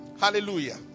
Hallelujah